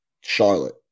Charlotte